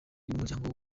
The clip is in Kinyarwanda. n’umuryango